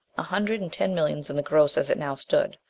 a hundred and ten millions in the gross as it now stood,